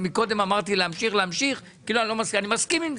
מקודם אמרתי להמשיך, להמשיך, כאילו אני לא מסכים.